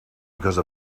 because